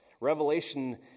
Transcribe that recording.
Revelation